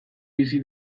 bizi